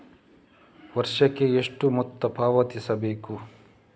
ವರ್ಷಕ್ಕೆ ಎಷ್ಟು ಮೊತ್ತ ಪಾವತಿಸಬೇಕು?